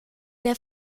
der